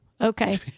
okay